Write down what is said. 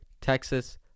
Texas